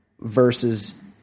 versus